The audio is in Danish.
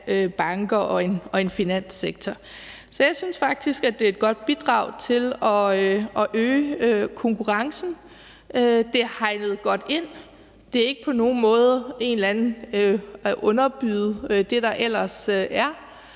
banker og en finanssektor. Så jeg synes faktisk, at det er et godt bidrag til at øge konkurrencen. Det er hegnet godt ind. Det er ikke på nogen måde at underbyde det, der ellers er